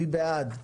מי בעד?